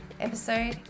episode